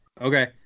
okay